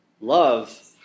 Love